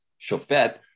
shofet